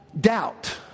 Doubt